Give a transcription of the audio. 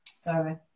Sorry